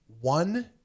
One